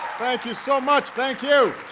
thank you so much. thank you.